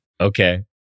Okay